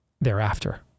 thereafter